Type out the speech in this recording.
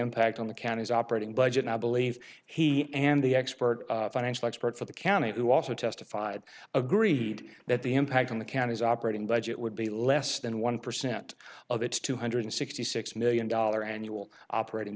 impact on the county's operating budget i believe he and the expert financial expert for the county who also testified agreed that the impact on the county's operating budget would be less than one percent of its two hundred sixty six million dollar annual operating